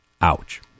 Ouch